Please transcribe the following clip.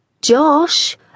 Josh